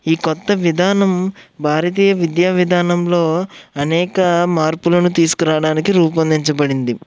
ఈ కొత్త విధానం భారతీయ విద్యా విధానంలో అనేక మార్పులను తీసుకురాడానికి రూపొందించబడింది